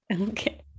Okay